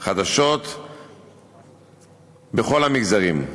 לימוד חדשות בכל המגזרים,